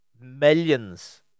millions